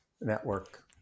network